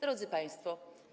Drodzy Państwo!